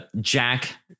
Jack